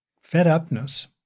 fed-upness